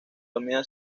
denomina